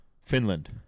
Finland